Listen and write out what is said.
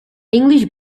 english